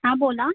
हां बोला